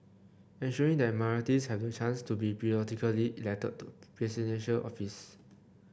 ensuring that minorities have the chance to be periodically elected to Presidential Office